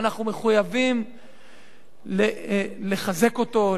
ואנחנו מחויבים לחזק אותו,